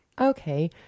Okay